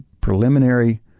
preliminary